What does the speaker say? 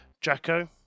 Jacko